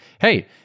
hey